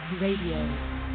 Radio